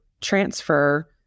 transfer